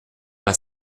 pas